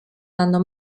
hanno